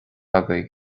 agaibh